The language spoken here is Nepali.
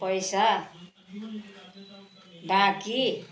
पैसा बाँकी